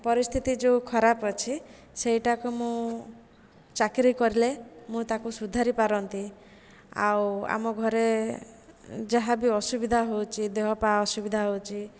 ପରିସ୍ଥିତି ଯେଉଁ ଖରାପ ଅଛି ସେଇଟାକୁ ମୁଁ ଚାକିରି କରିଲେ ମୁଁ ତାକୁ ସୁଧାରିପାରନ୍ତି ଆଉ ଆମ ଘରେ ଯାହାବି ଅସୁବିଧା ହେଉଛି ଦେହପାହା ଅସୁବିଧା ହେଉଛି